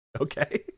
Okay